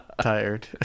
tired